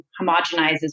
homogenizes